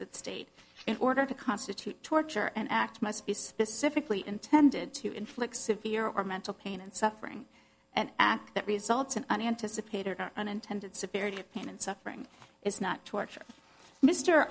that state in order to constitute torture an act must be specifically intended to inflict severe or mental pain and suffering an act that results in unanticipated or unintended severe to pain and suffering is not torture mr